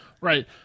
Right